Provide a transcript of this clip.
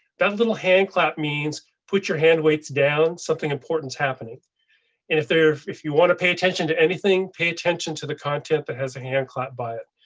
that little hand clap means put your hand weights down. something important is happening. and if there if you want to pay attention to anything, pay attention to the content that has a hand clap by it,